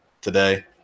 today